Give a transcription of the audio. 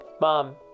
Mom